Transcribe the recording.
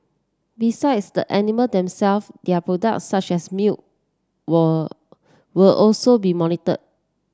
besides the animal themselves their product such as milk were will also be monitored